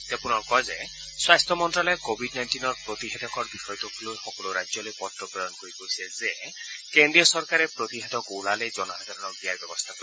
তেওঁ পুনৰ কয় যে স্বাস্থ্য মন্ত্ৰালয়ে কোৱিড নাইণ্টিনৰ প্ৰতিষেধকৰ বিষয়টোক লৈ সকলো ৰাজ্যলৈ প্ৰেৰণ কৰি কৈছে যে কেন্দ্ৰীয় চৰকাৰে প্ৰতিষেধক ওলালেই জনসাধাৰণক দিয়াৰ ব্যৱস্থা কৰিব